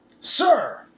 Sir